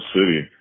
city